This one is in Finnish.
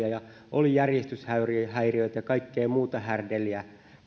oli järjestyshäiriöitä ja kaikkea muuta härdelliä